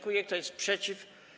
Kto jest przeciw?